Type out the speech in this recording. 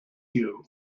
you